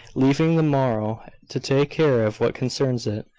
leaving the morrow to take care of what concerns it.